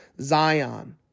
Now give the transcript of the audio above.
Zion